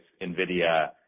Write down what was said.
NVIDIA